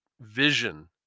vision